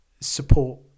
support